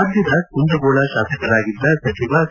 ರಾಜ್ಯದ ಕುಂದಗೋಳ ತಾಸಕರಾಗಿದ್ದ ಸಚಿವ ಸಿ